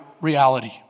reality